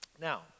now